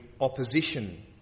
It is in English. opposition